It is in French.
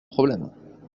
problème